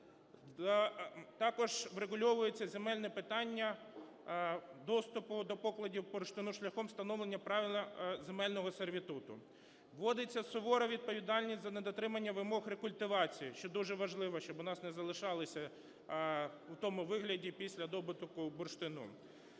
Також врегульовується земельне питання доступу до покладів бурштину шляхом встановлення правил земельного сервітуту. Вводиться сувора відповідальність за недотримання вимог рекультивації, що дуже важливо, щоб у нас не залишалися у тому вигляді після видобутку бурштину.